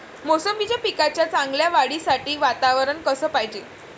मोसंबीच्या पिकाच्या चांगल्या वाढीसाठी वातावरन कस पायजे?